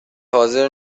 حاضر